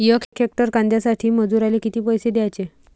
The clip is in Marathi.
यक हेक्टर कांद्यासाठी मजूराले किती पैसे द्याचे?